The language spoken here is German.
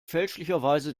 fälschlicherweise